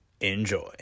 Enjoy